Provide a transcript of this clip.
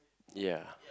ya